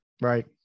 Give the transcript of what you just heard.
right